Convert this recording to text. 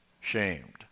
shamed